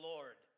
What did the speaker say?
Lord